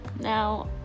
Now